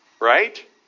Right